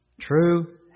True